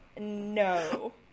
no